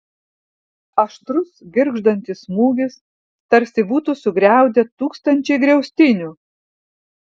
aštrus girgždantis smūgis tarsi būtų sugriaudę tūkstančiai griaustinių